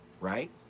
Right